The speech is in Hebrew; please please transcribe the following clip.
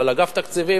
אבל אגף תקציבים,